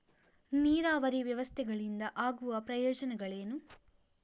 ನೀರಾವರಿ ವ್ಯವಸ್ಥೆಗಳಿಂದ ಆಗುವ ಪ್ರಯೋಜನಗಳೇನು?